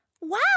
Wow